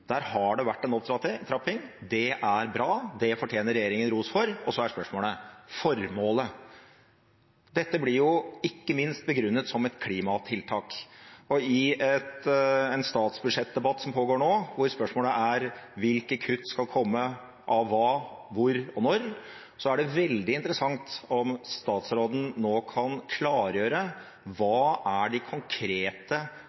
Der har det vært en opptrapping, det er bra, det fortjener regjeringen ros for. Så er spørsmålet: Hva er formålet? Dette blir ikke minst begrunnet som et klimatiltak, og i en statsbudsjettdebatt som pågår nå, hvor spørsmålet er hvilke kutt som skal komme, og av hva, hvor og når, er det veldig interessant om statsråden nå kan klargjøre: